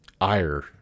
ire